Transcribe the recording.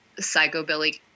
psychobilly